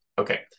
Okay